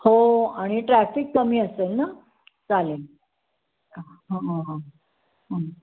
हो आणि ट्रॅफिक कमी असेल ना चालेल हं हं हं